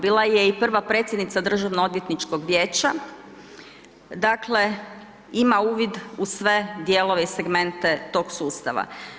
Bila je i prva predsjednica Državno odvjetničkog vijeća, dakle ima uvid u sve dijelove i segmente tog sustava.